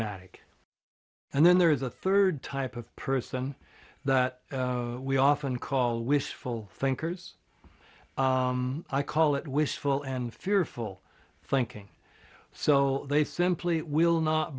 matic and then there is a third type of person that we often call wishful thinkers i call it wishful and fearful thinking so they simply will not